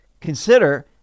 Consider